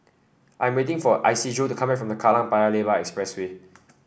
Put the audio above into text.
I'm waiting for Isidro to come back from Kallang Paya Lebar Expressway